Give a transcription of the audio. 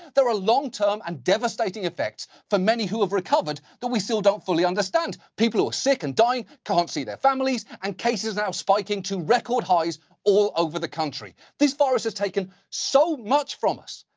there are long-term and devastating effects for many who have recovered that we still don't fully understand. people who are sick and dying can't see their families, and cases now spiking to record highs all over the country. this virus has taken so much from us.